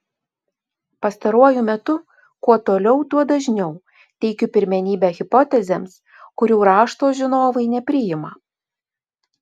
pastaruoju metu kuo toliau tuo dažniau teikiu pirmenybę hipotezėms kurių rašto žinovai nepriima